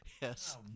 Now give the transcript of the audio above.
Yes